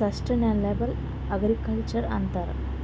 sustainable agriculture ಅಂತರ್